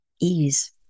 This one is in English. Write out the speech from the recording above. ease